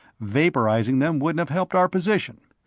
vaporizing them wouldn't have helped our position.